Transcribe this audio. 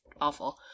awful